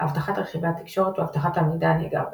אבטחת רכיבי התקשורת ואבטחת המידע הנאגר בהן.